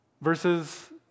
versus